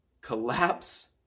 collapse